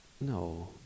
No